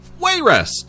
Wayrest